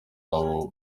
yabo